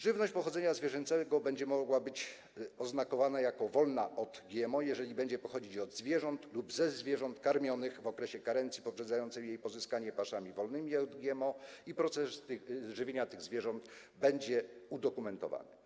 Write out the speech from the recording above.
Żywność pochodzenia zwierzęcego będzie mogła być oznakowana jako wolna od GMO, jeżeli będzie pochodzić od zwierząt lub ze zwierząt karmionych w okresie karencji poprzedzającej jej pozyskanie paszami wolnymi od GMO i proces żywienia tych zwierząt będzie udokumentowany.